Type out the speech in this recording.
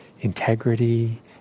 integrity